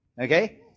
Okay